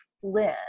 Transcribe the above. Flynn